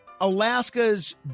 Alaska's